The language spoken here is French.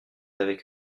avec